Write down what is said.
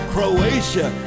Croatia